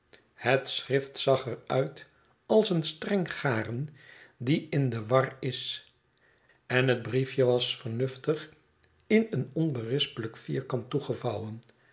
het schrift zag er uit als een streng garen die in de war is en het briefje was vernuftig in een onberispelijk vierkant